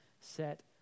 set